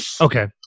Okay